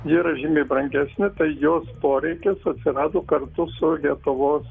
ji yra žymiai brangesnė tai jos poreikis atsirado kartu su lietuvos